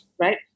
right